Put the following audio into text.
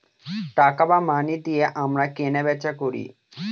টাকা বা মানি দিয়ে আমরা কেনা বেচা করি